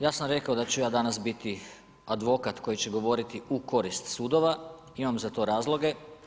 Ja sam rekao da ću ja danas biti advokat koji će govoriti u korist sudova, imam za to razloge.